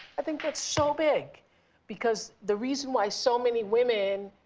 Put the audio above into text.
i think that's so big because the reason why so many women,